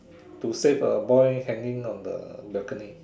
to save a boy hanging on the balcony